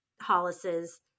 Hollis's